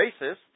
racists